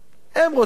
הם רוצים,